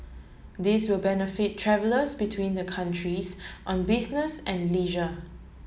this will benefit travellers between the countries on business and leisure